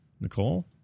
nicole